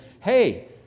hey